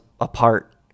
apart